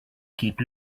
keep